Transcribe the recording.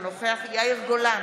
אינו נוכח יאיר גולן,